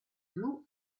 blu